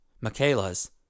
Michaela's